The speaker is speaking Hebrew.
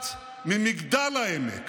את ממגדל העמק.